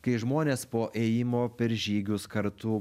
kai žmonės po ėjimo per žygius kartu